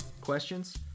Questions